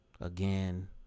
again